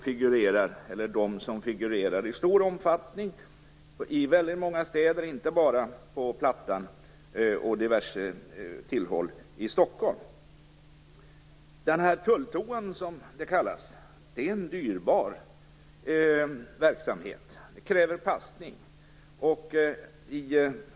Säljarna figurerar i stor omfattning i väldigt många städer - inte bara på Plattan och vid diverse tillhåll i Stockholm. Tulltoan, som den kallas, är en dyrbar verksamhet. Den kräver passning.